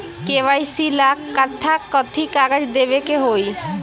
KYC ला कट्ठा कथी कागज देवे के होई?